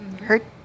Hurt